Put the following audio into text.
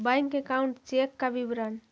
Bank account check का विवरण?